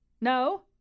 No